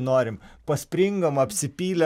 norim paspringom apsipylė